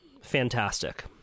fantastic